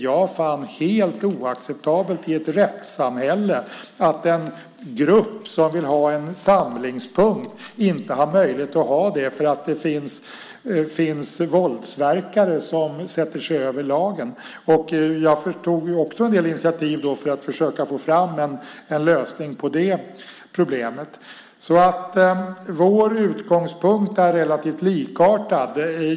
Jag fann det helt oacceptabelt i ett rättssamhälle att en grupp som vill ha en samlingspunkt inte har möjlighet till det därför att det finns våldsverkare som sätter sig över lagen. Jag tog också en del initiativ för att försöka få en lösning på det problemet. Våra utgångspunkter är relativt likartade.